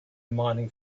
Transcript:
mining